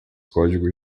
códigos